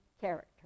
character